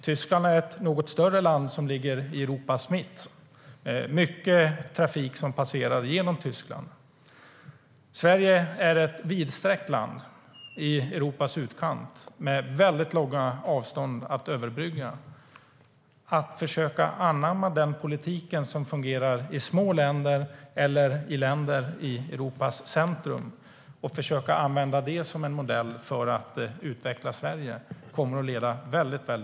Tyskland är ett något större land som ligger i Europas mitt och där mycket trafik passerar. Sverige är ett vidsträckt land i Europas utkant med långa avstånd att överbrygga. Att anamma den politik som fungerar i små länder eller i länder i Europas centrum och försöka använda den som en modell för att utveckla Sverige kommer att leda väldigt fel.